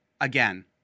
Again